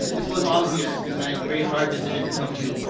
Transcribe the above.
it was obviously, ah as you can imagine, a very hard decision to come to,